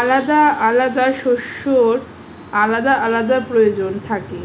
আলাদা আলাদা শস্যের আলাদা আলাদা প্রয়োজন থাকে